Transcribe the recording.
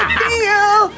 feel